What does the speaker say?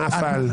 נפל.